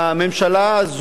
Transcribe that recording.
הממשלה הזאת